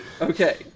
Okay